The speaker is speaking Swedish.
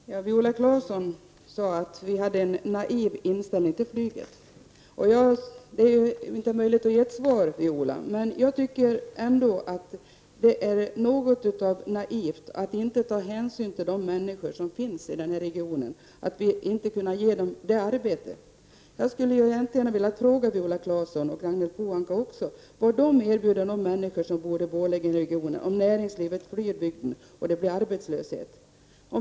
Herr talman! Viola Claesson sade att vi hade en naiv inställning till flyget. Det är inte möjligt att ge ett svar, Viola Claesson, men jag tycker att det är naivt att inte ta hänsyn till de människor som bor i denna region och att inte ge dem arbete. Jag vill fråga Viola Claesson och Ragnhild Pohanka vilket arbete de kan erbjuda de människor som bor i Borlängeregionen, om näringslivet flyr bygden och det blir arbetslöshet.